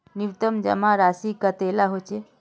न्यूनतम जमा राशि कतेला होचे?